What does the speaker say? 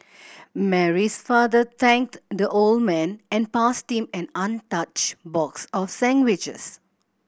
Mary's father thanked the old man and passed him an untouched box of sandwiches